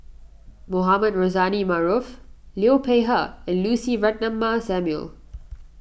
Mohamed Rozani Maarof Liu Peihe and Lucy Ratnammah Samuel